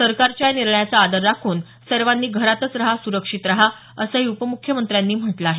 सरकारच्या या निर्णयाचा आदर राखून सर्वांनी घरातच रहा सुरक्षित रहा असंही उपमुख्यमंत्र्यांनी म्हटलं आहे